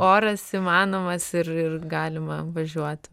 oras įmanomas ir ir galima važiuoti